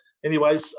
anyways,